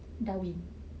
darwin